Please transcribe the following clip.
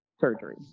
surgery